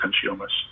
consumers